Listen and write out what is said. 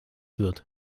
wird